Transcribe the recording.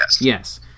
Yes